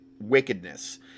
wickedness